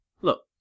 look